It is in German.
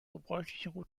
gebräuchlichen